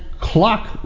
clock